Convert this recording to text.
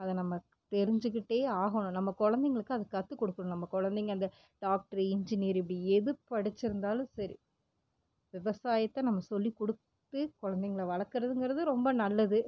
அதை நம்ம தெரிஞ்சிகிட்டே ஆகணும் நம்ம குழந்தைங்களுக்கு அது கற்று கொடுக்கணும் நம்ப குழந்தைங்கள் அந்த டாக்ட்ரு இன்ஜீனியர் இப்படி எது படிச்சிருந்தாலும் சரி விவசாயத்தை நம்ம சொல்லிக் கொடுத்து குழந்தைங்கள வளர்க்குறதுங்குறது ரொம்ப நல்லது